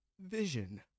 vision